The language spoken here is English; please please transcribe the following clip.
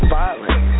violent